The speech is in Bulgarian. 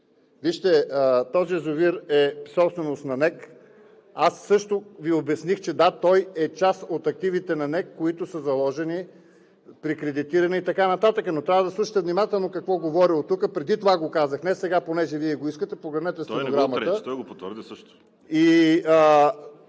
Вижте, този язовир е собственост на НЕК. Аз също Ви обясних, че да, той е част от активите на НЕК, които са заложени при кредитиране и така нататък, но трябва да слушате внимателно какво говоря оттук. Преди това го казах, не сега – понеже Вие го искате, погледнете стенограмата. ПРЕДСЕДАТЕЛ ВАЛЕРИ СИМЕОНОВ: Той не го отрече, той го потвърди също.